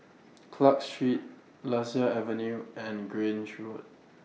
Clarke Street Lasia Avenue and Grange Road